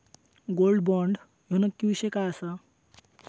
Gold bond ह्यो नक्की विषय काय आसा?